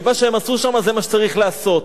ומה שהם עשו שם זה מה שצריך לעשות.